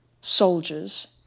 soldiers